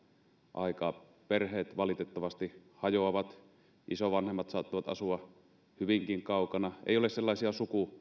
aikaa perheet valitettavasti hajoavat isovanhemmat saattavat asua hyvinkin kaukana eikä ole sellaisia